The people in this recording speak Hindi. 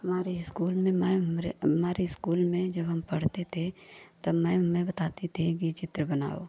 हमारे स्कूल में मैम हमारे हमारे स्कूल में जब हम पढ़ते थे तब मैम हमें बताती थी कि चित्र बनाओ